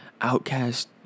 outcast